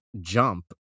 jump